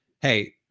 Hey